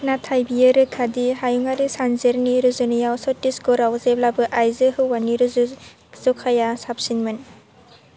नाथाय बियो रोखा दि हायुंआरि सानजेरनि रुजुनायाव छत्तीसगढ़आव जेब्लाबो आइजो हौवानि रुजुजखाया साबसिनमोन